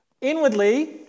inwardly